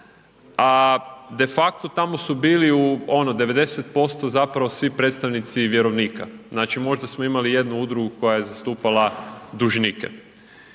a de facto tamo su bili, ono u 90% zapravo svi predstavnici vjerovnika. Znači, možda smo imali jednu udrugu koja je zastupala dužnike.